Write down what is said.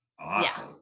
awesome